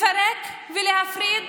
לפרק ולהפריד